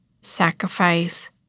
sacrifice